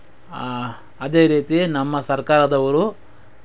ಅದೇ ರೀತಿ ನಮ್ಮ ಸರ್ಕಾರದವರು